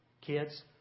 kids